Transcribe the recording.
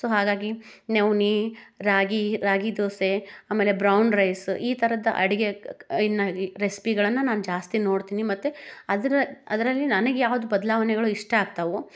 so ಹಾಗಾಗಿ ನವ್ಣೆ ರಾಗಿ ರಾಗಿ ದೋಸೆ ಆಮೇಲೆ ಬ್ರೌನ್ ರೈಸ್ ಈ ಥರದ್ದ ಅಡುಗೆ ಇನ್ನು ಈ ರೆಸ್ಪಿಗಳನ್ನು ನಾನು ಜಾಸ್ತಿ ನೋಡ್ತೀನಿ ಮತ್ತು ಅದರ ಅದರಲ್ಲಿ ನನಗೆ ಯಾವ್ದು ಬದಲಾವಣೆಗಳು ಇಷ್ಟ ಆಗ್ತವೋ